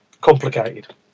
complicated